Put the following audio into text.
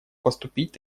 поступить